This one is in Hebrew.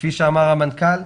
וכפי שאמר המנכ"ל,